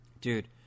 Dude